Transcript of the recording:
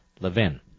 Levin